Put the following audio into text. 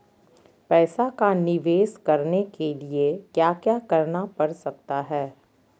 पैसा का निवेस करने के लिए क्या क्या करना पड़ सकता है?